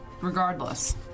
Regardless